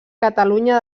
catalunya